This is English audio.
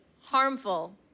harmful